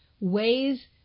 ways